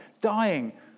dying